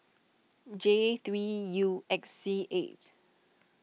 J three U X C eight